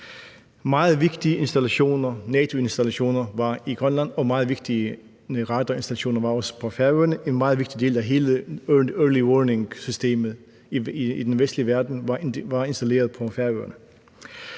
Meget vigtige NATO-installationer var opstillet i Grønland, og meget vigtige radarinstallationer var opstillet på Færøerne; en meget vigtig del af hele Early warning-systemet i den vestlige verden var opstillet på Færøerne.